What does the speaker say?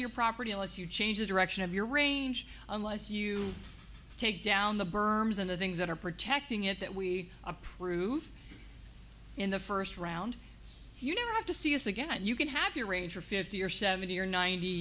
your property unless you change the direction of your range unless you take down the berms and the things that are protecting it that we approve in the first round you don't have to see us again you can have your range for fifty or seventy or ninety